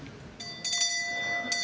Hvad er det